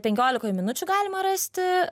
penkiolikoj minučių galima rasti